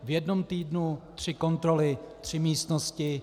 V jednom týdnu tři kontroly, tři místnosti.